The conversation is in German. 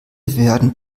werden